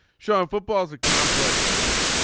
so football is a complex sport.